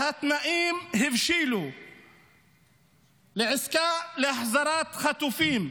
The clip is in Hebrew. כשהתנאים הבשילו לעסקה להחזרת חטופים,